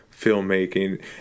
filmmaking